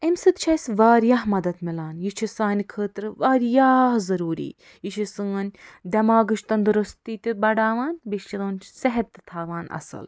اَمہِ سۭتۍ چھُ اسہِ واریاہ مدد میلان یہ چھُ سانہِ خٲطرٕ ورایاہ ضروری یہِ چھُ سٲنۍ دیٚماغٕچۍ تندرُستی تہٕ بڑھاوان بییٚہِ چھُ سون صحت تہِ تھاوان اصٕل